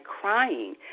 crying